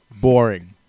Boring